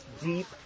deep